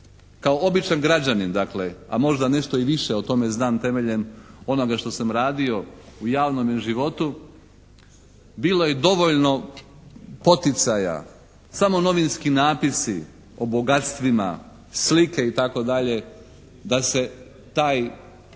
Kao običan građanin a možda i nešto više o tome znam temeljem onoga što sam radio u javnome životu bilo je dovoljno poticaja. Samo novinski napisi o bogatstvima, slike itd., da se taj slučaj